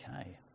Okay